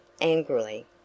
angrily